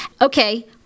Okay